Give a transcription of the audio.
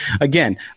again